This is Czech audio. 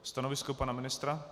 Stanovisko pana ministra?